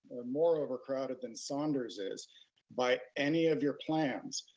or more overcrowded than saunders is by any of your plans.